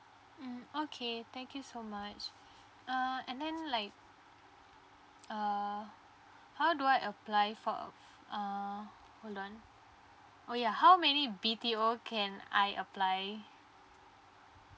mm okay thank you so much uh and then like uh how do I apply for a uh hold on oh ya how many B_T_O can I apply